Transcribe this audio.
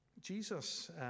Jesus